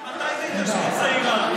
ממתי זה התיישבות צעירה?